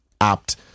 apt